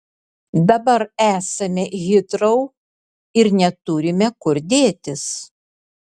dabar esame hitrou ir neturime kur dėtis